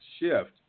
shift